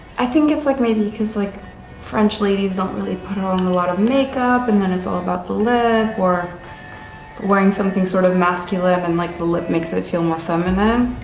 i think it's like maybe cause like french ladies don't really put on a lot of makeup and then it's all about the lip or wearing something sort of masculine and like the lip makes it feel more feminine.